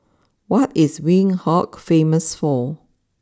what is Windhoek famous for